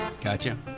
Gotcha